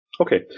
Okay